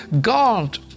God